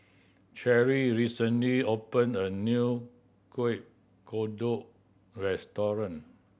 Cherrie recently opened a new Kueh Kodok restaurant